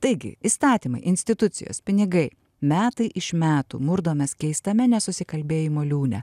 taigi įstatymai institucijos pinigai metai iš metų murdomės keistame nesusikalbėjimo liūne